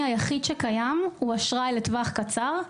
היחיד שקיים הוא האשראי לטווח קצר,